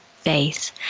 faith